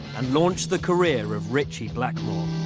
and launched the career of ritchie blackmore.